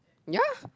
ya